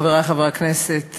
חברי חברי הכנסת,